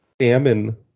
salmon